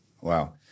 Wow